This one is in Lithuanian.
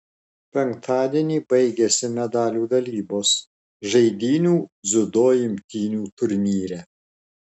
penktadienį baigėsi medalių dalybos žaidynių dziudo imtynių turnyre